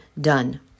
done